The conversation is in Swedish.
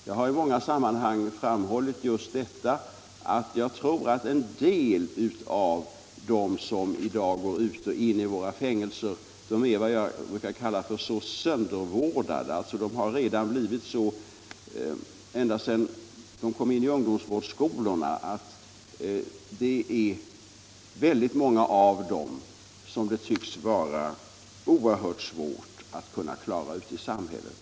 Jag har i många sammanhang framhållit att jag tror att en del av dem som går ut och in i våra fängelser är vad jag brukar kalla ”söndervårdade”. De har ända sedan de kom in i ungdomsvårdsskolorna blivit så vårdade att det för många av dem tycks vara oerhört svårt att klara sig i samhället.